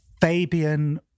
Fabian